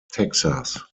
texas